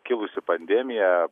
kilusi pandemija